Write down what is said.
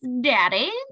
daddy